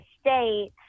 state